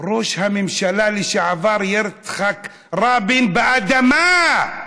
ראש הממשלה לשעבר יצחק רבין באדמה,